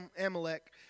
Amalek